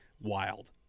wild